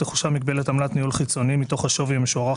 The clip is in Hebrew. תחושב מגבלת עמלת ניהול חיצוני מתוך השווי המשוערך